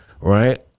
right